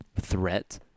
threat